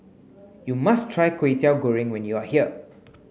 you must try Kway Teow Goreng when you are here